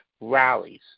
rallies